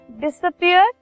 disappear